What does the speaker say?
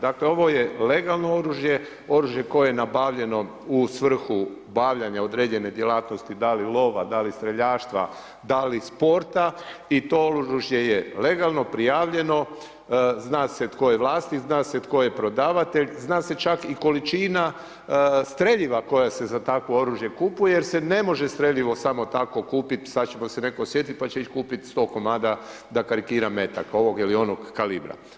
Dakle, ovo je legalno oružje, oružje koje je nabavljeno u svrhu bavljenja određene djelatnosti, da li lova, da li streljaštva, da li sporta i to oružje je legalno prijavljeno, zna se tko je vlasnik, zna se tko je prodavatelj, zna se čak i količina streljiva koja se za takvo oružje kupuje jer se ne može streljivo samo tako kupiti, sad će se netko sjetit pa će ići kupiti 100 komada, da karikiram, metaka ovog ili onog kalibra.